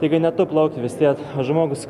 taigi ne tu plauki vis tiek žmogus